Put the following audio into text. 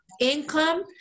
income